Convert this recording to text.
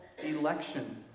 Election